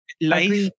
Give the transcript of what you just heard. life